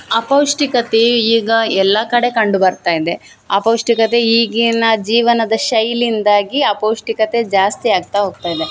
ಅಪೌಷ್ಟಿಕತೆ ಈಗ ಎಲ್ಲ ಕಡೆ ಕಂಡು ಬರ್ತಾಯಿದೆ ಅಪೌಷ್ಟಿಕತೆ ಈಗಿನ ಜೀವನದ ಶೈಲಿಯಿಂದಾಗಿ ಅಪೌಷ್ಟಿಕತೆ ಜಾಸ್ತಿ ಆಗ್ತಾ ಹೋಗ್ತಾ ಇದೆ